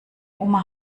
oma